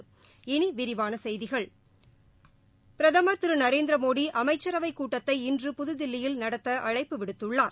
இனி விரிவான செய்திகள் பிரதமர் திரு நரேந்திர மோடி அமைச்சரவை கூட்டத்தை இன்று புதுதில்லியில் நடத்த அழைப்பு விடுத்துள்ளார்